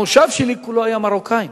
המושב שלי כולו היה מרוקאים,